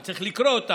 אז צריך לקרוא אותן,